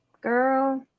girl